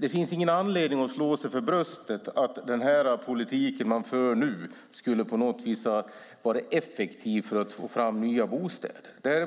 Det finns ingen anledning att slå sig för bröstet för att den politik man för nu på något vis skulle vara effektiv för att få fram nya bostäder.